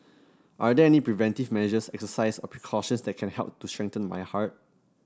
are there any preventive measures exercises or precautions that can help to strengthen my heart